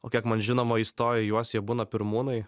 o kiek man žinoma įstoję į juos jie būna pirmūnai